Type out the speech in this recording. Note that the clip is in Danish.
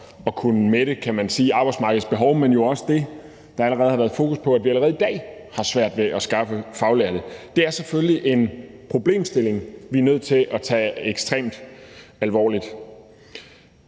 at kunne mætte arbejdsmarkedets behov, men jo også det, som der har været fokus på, altså at vi allerede i dag har svært ved at skaffe faglærte, er selvfølgelig en problemstilling, vi er nødt til at tage ekstremt alvorligt.